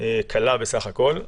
קלה בסך הכול.